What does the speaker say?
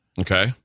Okay